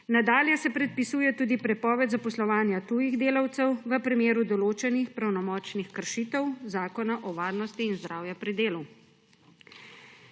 Nadalje se predpisuje tudi prepoved zaposlovanja tujih delavcev v primeru določenih pravnomočnih kršitev Zakona o varnosti in zdravju pri delu.